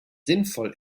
sinnvoll